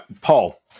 Paul